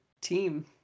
team